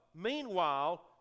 meanwhile